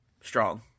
Strong